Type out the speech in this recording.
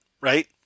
right